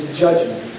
judgment